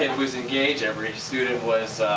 and was engaged, every student was